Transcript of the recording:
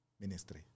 ministry